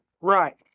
Right